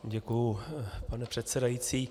Děkuji, pane předsedající.